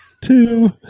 Two